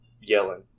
yelling